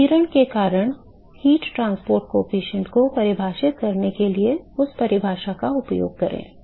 विकिरण के कारण ऊष्मा परिवहन गुणांक को परिभाषित करने के लिए उस परिभाषा का उपयोग करें